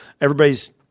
Everybody's